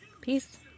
peace